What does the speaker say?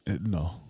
No